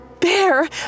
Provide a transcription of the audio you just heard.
Bear